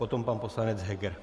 Potom pan poslanec Heger.